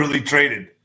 traded